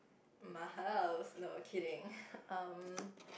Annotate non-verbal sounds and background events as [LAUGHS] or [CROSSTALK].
my house not kidding [LAUGHS]